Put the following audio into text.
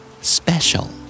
Special